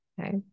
okay